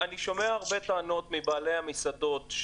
עידו, אני שומע הרבה טענות מבעלי המסעדות.